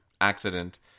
accident